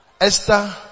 Esther